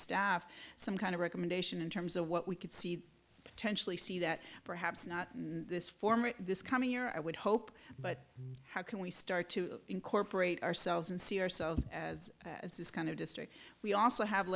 staff some kind of recommendation in terms of what we could see the potential to see that perhaps not know this form this coming year i would hope but how can we start to incorporate ourselves and see ourselves as as this kind of district we also have